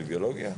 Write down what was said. בביולוגיה?